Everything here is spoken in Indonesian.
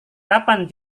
kapan